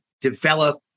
develop